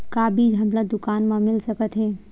का बीज हमला दुकान म मिल सकत हे?